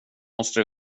måste